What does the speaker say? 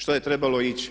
Što je trebalo ići?